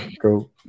go